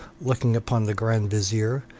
looking upon the grand vizier,